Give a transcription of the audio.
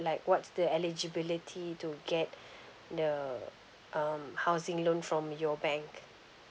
like what's the eligibility to get the um housing loan from your bank